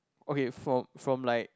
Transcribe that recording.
okay from from like